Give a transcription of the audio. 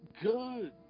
good